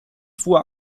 fuhr